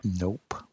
Nope